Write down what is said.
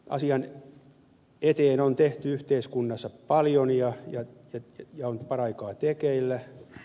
asian eteen on tehty yhteiskunnassa paljon ja on paraikaa tekeillä